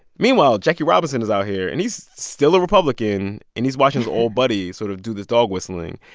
meanwhile, jackie robinson is out here, and he's still a republican. and he's watching his old buddy sort of do this dog-whistling.